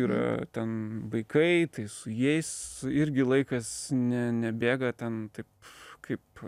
yra ten vaikai tai su jais irgi laikas ne nebėga ten taip kaip